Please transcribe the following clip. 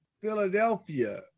Philadelphia